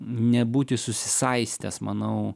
nebūti susisaistęs manau